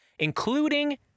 Including